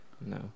No